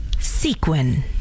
sequin